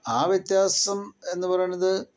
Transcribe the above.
ആ വ്യത്യാസം എന്നു പറയുന്നത്